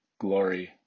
glory